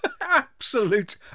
absolute